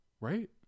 Right